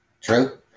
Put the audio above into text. True